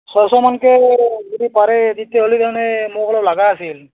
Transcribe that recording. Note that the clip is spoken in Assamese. ছয়শমানকৈ যদি পাৰে তেতিয়াহ'লে তাৰমানে মোক অলপ লগা আছিল